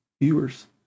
viewers